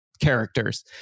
characters